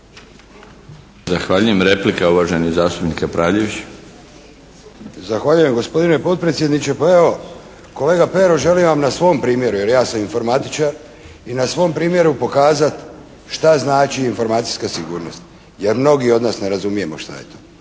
Zahvaljujem. Replika uvaženi zastupnik Kapraljević. **Kapraljević, Antun (HNS)** Zahvaljujem, gospodine potpredsjedniče. Pa evo, kolega Pero želim vam na svom primjeru jer ja sam informatičar i na svom primjeru pokazati šta znači informacijska sigurnost jer mnogi od nas ne razumijemo šta je to.